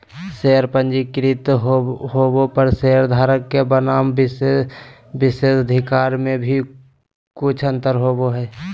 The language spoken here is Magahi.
शेयर पंजीकृत होबो पर शेयरधारक के बनाम विशेषाधिकार में भी कुछ अंतर होबो हइ